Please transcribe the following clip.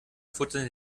futtern